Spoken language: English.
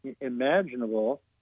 imaginable